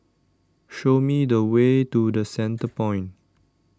show me the way to the Centrepoint